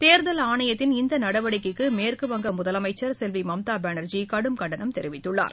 தேர்தல் ஆணையத்தின் இந்த நடவடிக்கைக்கு மேற்கு வங்க முதலமைச்சர் செல்வி மம்தா பானா்ஜி கடும் கண்டனம் தெரிவித்துள்ளார்